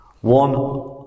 one